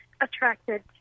attracted